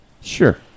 Sure